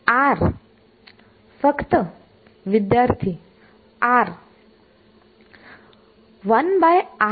1r वर्चस्व करेल बरोबर